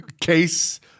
Case